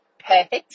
perfect